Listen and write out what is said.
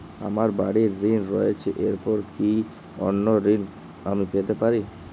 আমার বাড়ীর ঋণ রয়েছে এরপর কি অন্য ঋণ আমি পেতে পারি?